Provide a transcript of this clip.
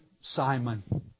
Simon